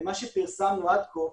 במה שפרסמנו עד כה,